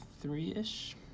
three-ish